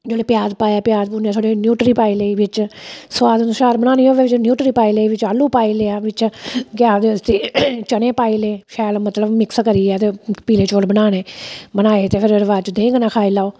जेल्ले प्याज पाया प्याज भुन्नेआ छड़ी न्यूट्री पाई लेई बिच सुआद अनुसार बनानी होवे न्यूट्री पाई लेई बिच आलू पाई लेआ बिच केह् आखदे उसी चने पाई ले शैल मतलब मिक्स करियेै ते पीले चौल बनाने बनाए ते फिर ओह्दे बाद च देहीं कन्नै खाई लैओ